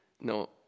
No